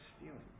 stealing